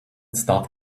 start